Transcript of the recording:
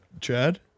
Chad